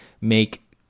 make